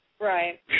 Right